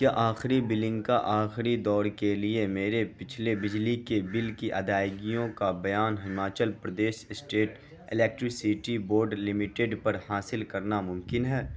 کیا آخری بلنگ کا آخری دور کے لیے میرے پچھلے بجلی کے بل کی ادائیگیوں کا بیان Himachal Pradesh state electricity board limited پر حاصل کرنا ممکن ہے